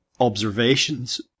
observations